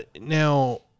now